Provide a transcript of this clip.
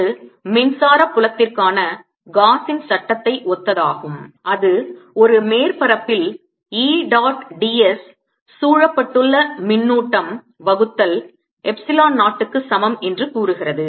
இது மின்சார புலத்திற்கான காஸின் சட்டத்தை ஒத்ததாகும் அது ஒரு மேற்பரப்பில் E dot ds சூழப்பட்டுள்ள மின்னூட்டம் வகுத்தல் epsilon 0 க்கு சமம் என்று கூறுகிறது